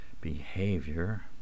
behavior